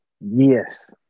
Yes